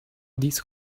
this